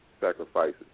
sacrifices